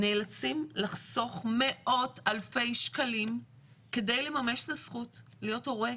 נאלצים לחסוך מאות אלפי שקלים כדי לממש את הזכות להיות הורה,